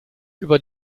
über